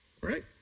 right